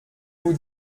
vous